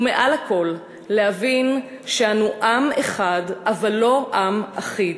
ומעל לכול, להבין שאנו עם אחד אבל לא עם אחיד.